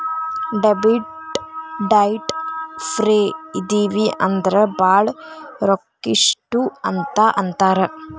debit ಡೈಟ್ ಫ್ರೇ ಇದಿವಿ ಅಂದ್ರ ಭಾಳ್ ರೊಕ್ಕಿಷ್ಟ್ರು ಅಂತ್ ಅಂತಾರ